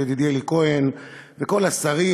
לידידי אלי כהן ולכל השרים,